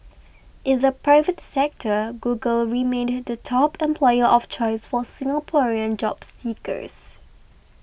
in the private sector Google remained the top employer of choice for Singaporean job seekers